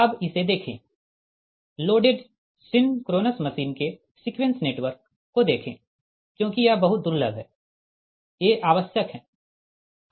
अब इसे देखें लोडेड सिंक्रोनस मशीन के सीक्वेंस नेटवर्क को देखें क्योंकि ये बहुत दुर्लभ है ये आवश्यक है